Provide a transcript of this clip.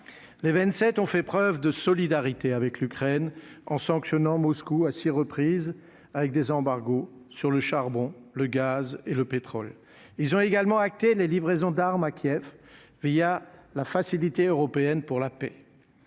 les 27 ont fait preuve de solidarité avec l'Ukraine en sanctionnant Moscou à 6 reprises avec des embargos sur le charbon, le gaz et le pétrole, ils ont également acté les livraisons d'armes à Kiev via la Facilité européenne pour la paix,